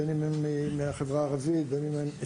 בין אם הם מהחברה הערבית או אתיופים.